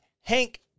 Hank